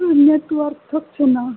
network ধরছে না